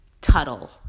Tuttle